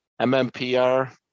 mmpr